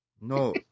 no